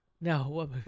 No